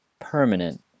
permanent